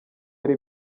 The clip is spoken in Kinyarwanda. ari